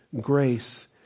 grace